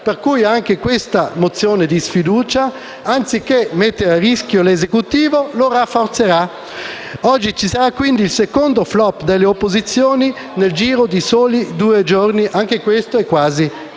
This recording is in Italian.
per cui anche questa mozione di sfiducia - anziché mettere a rischio l'Esecutivo - lo rafforzerà. Oggi ci sarà quindi il secondo *flop* delle opposizioni nel giro di soli due giorni; anche questo è quasi un